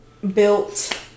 Built